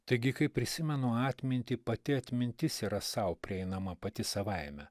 taigi kai prisimenu atmintį pati atmintis yra sau prieinama pati savaime